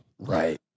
Right